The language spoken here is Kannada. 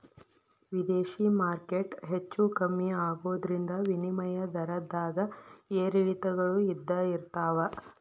ವಿದೇಶಿ ಮಾರ್ಕೆಟ್ ಹೆಚ್ಚೂ ಕಮ್ಮಿ ಆಗೋದ್ರಿಂದ ವಿನಿಮಯ ದರದ್ದಾಗ ಏರಿಳಿತಗಳು ಇದ್ದ ಇರ್ತಾವ